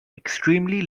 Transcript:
extremely